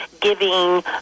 giving